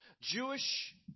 Jewish